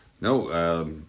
No